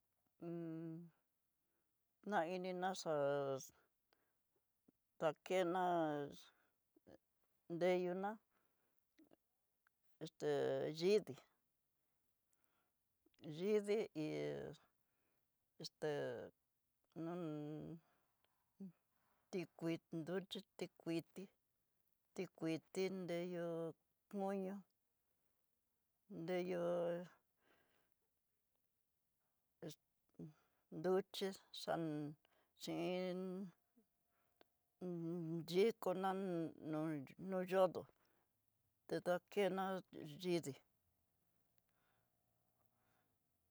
nainni ná xa dakenáx deyuná este yidii, yidii hí esté h tikuindó xhi tikuiti, ti tuiti nreyó moño nreyó esté nruxhi xan xhin xhikonán no yodo tá nakena yidii.